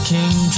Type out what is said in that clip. King